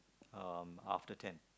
um after ten